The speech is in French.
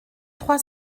trois